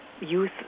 youth